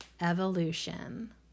evolution